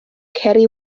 ceri